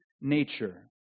nature